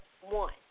one